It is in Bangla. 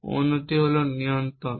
এবং অন্যটি হল নিয়ন্ত্রণ